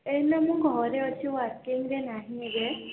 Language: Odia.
ଏଇନା ମୁଁ ଘରେ ଅଛି ୱାର୍କିଙ୍ଗରେ ନାହିଁ ଏବେ